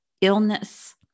illness